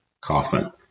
Kaufman